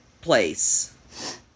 place